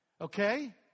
Okay